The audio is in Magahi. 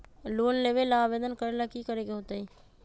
लोन लेबे ला आवेदन करे ला कि करे के होतइ?